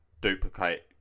duplicate